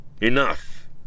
Enough